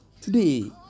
Today